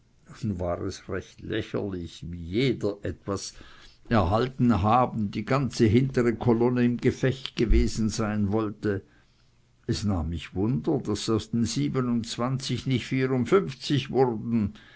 war es recht lächerlich wie jeder etwas erhalten haben die gesamte hintere kolonne im gefecht gewesen sein wollte es nahm mich wunder daß aus den siebenundzwanzig nicht vierundfünfzig wurden